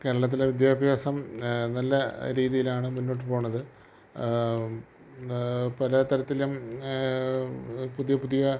കേരളത്തിലെ വിദ്യാഭ്യാസം നല്ല രീതിയിലാണ് മുന്നോട്ട് പോവണത് പല തരത്തിലും പുതിയ പുതിയ